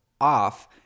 off